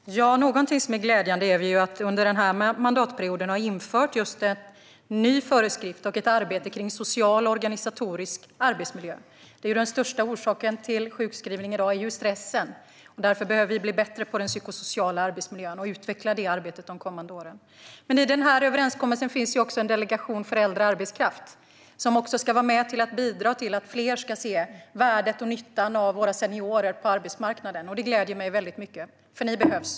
Herr talman! Något som är glädjande är att vi under denna mandatperiod har infört en ny föreskrift och ett arbete om social och organisatorisk arbetsmiljö. Den största orsaken till sjukskrivning i dag är stress, så därför behöver vi bli bättre på den psykosociala arbetsmiljön och utveckla detta arbete de kommande åren. I överenskommelsen finns också en delegation för äldre arbetskraft som ska bidra till att fler ska se värdet och nyttan av våra seniorer på arbetsmarknaden. Det gläder mig mycket, för ni behövs.